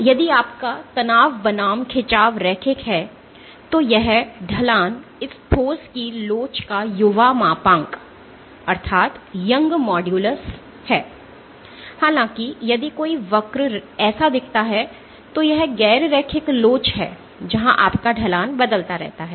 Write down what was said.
तो यदि आपका तनाव बनाम खिंचाव रैखिक है तो यह ढलान इस ठोस की लोच का युवा मापांक है हालाँकि यदि कोई वक्र ऐसा दिखता है तो यह गैर रैखिक लोच है जहां आपका ढलान बदलता रहता है